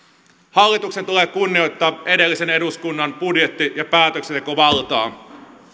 hallituksen tulee kunnioittaa edellisen eduskunnan budjetti ja päätöksentekovaltaa